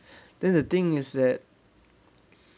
then the thing is that